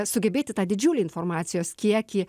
sugebėti tą didžiulį informacijos kiekį